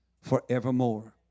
forevermore